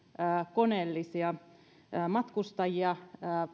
koneellisia matkustajia